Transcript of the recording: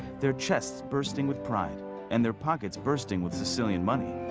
their chests bursting with pride and their pockets bursting with sicilian money.